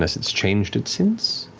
unless it's changed it since,